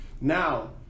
Now